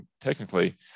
technically